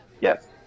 Yes